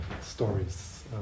stories